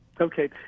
Okay